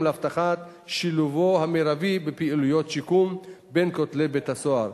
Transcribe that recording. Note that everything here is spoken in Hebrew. להבטחת שילובו המרבי בפעילויות שיקום בין כותלי בית-הסוהר,